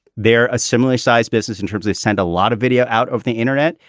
they're a similarly sized business in terms they spend a lot of video out of the internet.